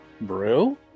Brew